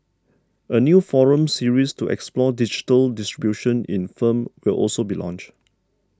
a new forum series to explore digital distribution in firm will also be launched